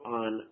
on